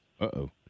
Uh-oh